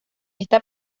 esta